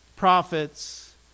prophets